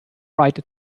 write